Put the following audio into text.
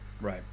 Right